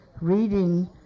reading